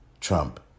Trump